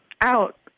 Out